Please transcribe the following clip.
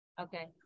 okay